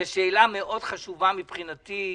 זו שאלה מאוד חשובה, מבחינתי.